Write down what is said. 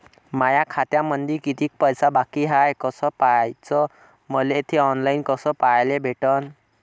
माया खात्यामंधी किती पैसा बाकी हाय कस पाह्याच, मले थे ऑनलाईन कस पाह्याले भेटन?